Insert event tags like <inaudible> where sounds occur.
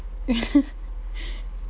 <laughs>